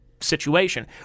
situation